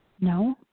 No